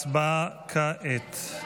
הצבעה כעת.